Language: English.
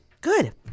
Good